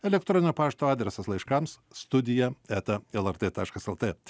elektroninio pašto adresas laiškams studija eta lrt taškas lt